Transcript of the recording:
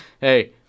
Hey